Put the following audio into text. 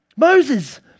Moses